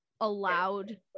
allowed